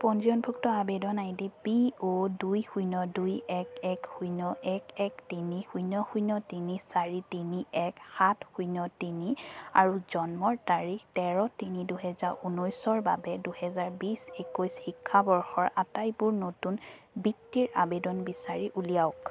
পঞ্জীয়নভুক্ত আবেদন I D P O দুই শূন্য দুই এক এক শূন্য এক এক তিনি শূন্য শূন্য তিনি চাৰি তিনি এক সাত শূন্য তিনি আৰু জন্মৰ তাৰিখ তেৰ তিনি দুহেজাৰ ঊনৈছৰ বাবে দুহেজাৰ বিশ একৈছ শিক্ষাবৰ্ষৰ আটাইবোৰ নতুন বৃত্তিৰ আবেদন বিচাৰি উলিয়াওক